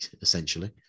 essentially